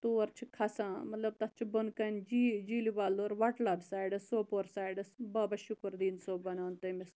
تور چھ کھَسا مَطلَب تتھ چھ بۄنہِ کَنہِ جیٖل جیٖلہِ ووٚلُر وَٹلَب سایڈَس سوپور سایڈَس بابا شُکُر دیٖن صٲب وَنان تٔمِس